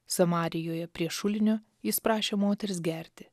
samarijoje prie šulinio jis prašė moters gerti